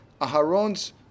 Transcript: Aharon's